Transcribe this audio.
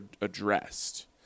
addressed